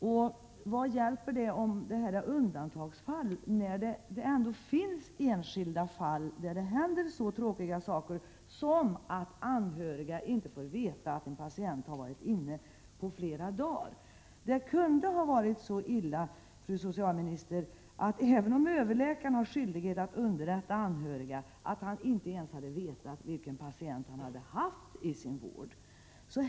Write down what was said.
Och vad hjälper det om detta är undantag, när det ändå finns enskilda fall där det händer så tråkiga saker som att anhöriga inte på flera dagar får veta att en patient varit inne på sjukhus. Det kunde ha varit så illa, socialministern, att överläkaren, även om han har skyldighet att underrätta anhöriga, inte ens hade vetat vilken patient han hade haft i sin vård.